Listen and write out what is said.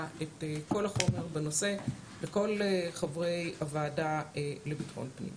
את כל החומר בנושא לכל חברי הוועדה לביטחון הפנים.